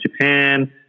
Japan